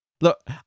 Look